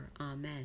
Amen